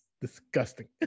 Disgusting